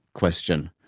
question.